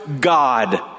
God